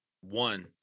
One